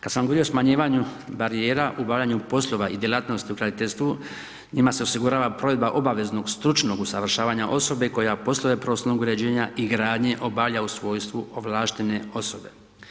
Kad sam govorio o smanjivanju barijera u obavljanju poslova i djelatnosti u graditeljstvu, njima se osigurava provedba obaveznog stručnog usavršavanja osobe koja poslove prostornog uređenja i gradnje obavlja u svojstvu ovlaštene osobe.